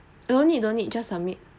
don't need don't need just submit